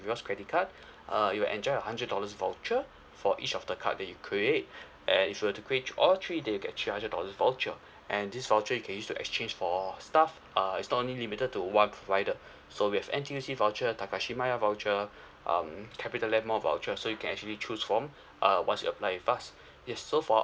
rewards credit card uh you will enjoy a hundred dollars voucher for each of the card that you create and if you were to create thre~ all three then you'll get three hundred dollars voucher and this voucher you can use to exchange for stuff uh it's not only limited to what provided so we have N_T_U_C voucher Takashimaya voucher um Capitaland mall voucher so you can actually choose from uh once you apply with us yes so for